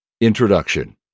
Introduction